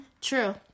True